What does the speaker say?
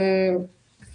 במיסוי הרכב?